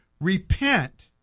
Repent